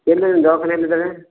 ಎಲ್ಲಿ ನಿಮ್ಮ ದವಾಖಾನಿ ಎಲ್ಲಿದೆ ರೀ